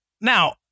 now